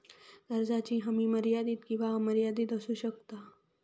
कर्जाची हमी मर्यादित किंवा अमर्यादित असू शकता